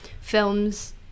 films